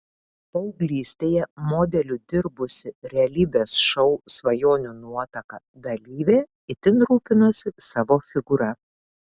paauglystėje modeliu dirbusi realybės šou svajonių nuotaka dalyvė itin rūpinosi savo figūra